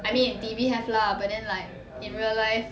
I mean in T_V have lah but then like in real life